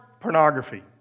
pornography